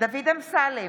דוד אמסלם,